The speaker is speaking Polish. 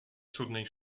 cudnej